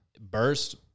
burst